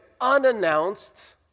unannounced